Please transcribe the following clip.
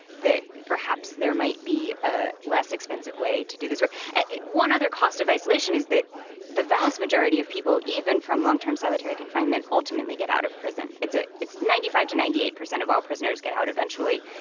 that perhaps there might be a less-expensive way to do this sort of one other cost of isolation is that the vast majority of people, even from long-term solitary confinement, ultimately get out of prison. it's a it's ninety five to ninety eight percent of all prisoners get out eventually,